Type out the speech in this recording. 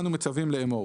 אנו מצווים לאמור: